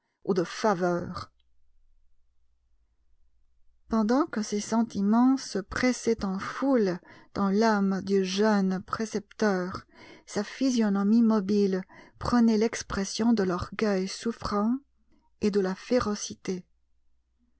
ou de faveur pendant que ces sentiments se pressaient en foule dans l'âme du jeune précepteur sa physionomie mobile prenait l'expression de l'orgueil souffrant et de la férocité